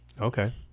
Okay